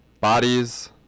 bodies